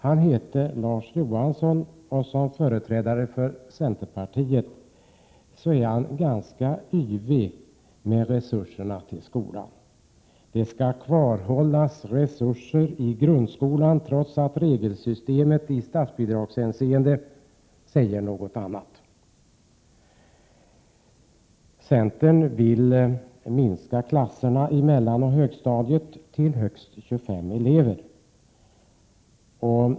Han heter Larz Johansson och är ganska yvig med resurserna till skolan. Det skall kvarhållas resurser i grundskolan trots att regelsystemet i statsbidragshänseende säger något annat. Centern vill minska antalet elever i klasserna på mellanoch högstadiet till högst 25 elever.